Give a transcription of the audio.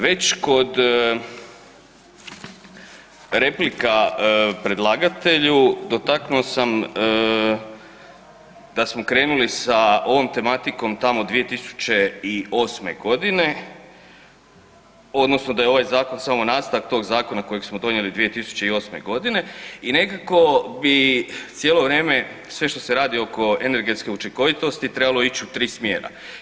Već kod replika predlagatelju dotaknuo sam da smo krenuli sa ovom tematikom tamo 2008.g. odnosno da je ovaj zakon samo nastavak tog zakona kojeg smo donijeli 2008.g. i nekako bi cijelo vrijeme sve što se radi oko energetske učinkovitosti trebalo ići u tri smjera.